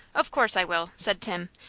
of course, i will, said tim,